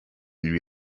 lui